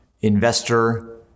investor